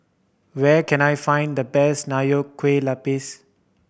where can I find the best Nonya Kueh Lapis